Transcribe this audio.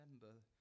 remember